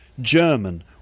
German